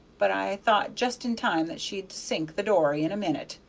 but i thought just in time that she'd sink the dory in a minute.